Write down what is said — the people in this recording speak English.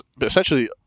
essentially